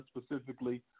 specifically